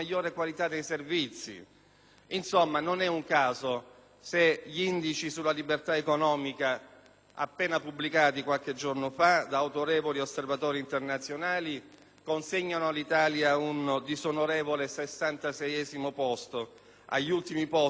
Insomma, non è un caso se gli indici sulla libertà economica, appena pubblicati qualche giorno da autorevoli osservatori internazionali, consegnano all'Italia un disonorevole sessantaseiesimo posto, agli ultimi posti, dopo Paesi lontani